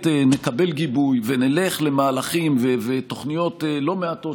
נקבל גיבוי ונלך למהלכים ותוכניות לא מעטות,